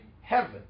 heaven